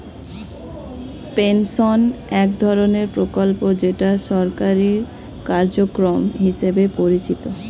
pension এক ধরনের প্রকল্প যেটা সরকারি কার্যক্রম হিসেবে পরিচিত